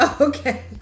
Okay